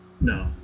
No